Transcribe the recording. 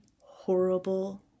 horrible